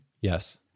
Yes